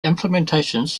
implementations